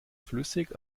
flüssig